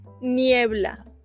niebla